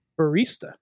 Barista